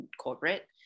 corporate